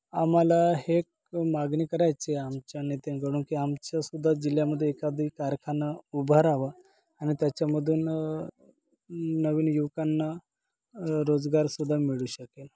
आम्हाला हे क मागणी करायचे आहे आमच्या नेत्यांकडून की आमच्या सुद्धा जिल्ह्यामध्ये एखादी कारखानं उभारावं आणि त्याच्यामधून नवीन युवकांना रोजगारसुद्धा मिळू शकेल